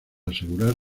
asegurar